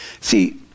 See